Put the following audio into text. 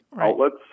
outlets